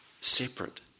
separate